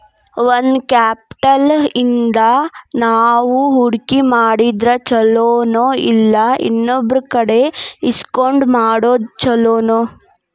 Own capital ಇಂದಾ ನಾವು ಹೂಡ್ಕಿ ಮಾಡಿದ್ರ ಛಲೊನೊಇಲ್ಲಾ ಇನ್ನೊಬ್ರಕಡೆ ಇಸ್ಕೊಂಡ್ ಮಾಡೊದ್ ಛೊಲೊನೊ?